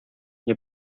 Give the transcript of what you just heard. nie